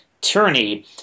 tyranny